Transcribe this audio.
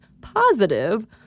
positive